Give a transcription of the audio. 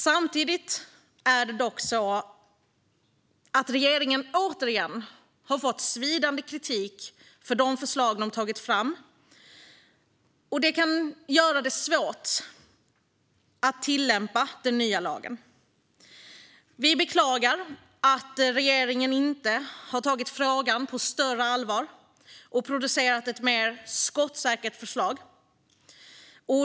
Samtidigt har regeringen återigen fått svidande kritik för det förslag man tagit fram, och det kan göra det svårt att tillämpa den nya lagen Vi beklagar att regeringen inte tagit frågan på större allvar och producerat ett mer skottsäkert förslag.